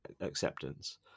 acceptance